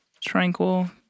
tranquil